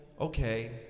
okay